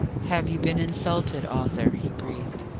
have you been insulted, arthur? he breathed.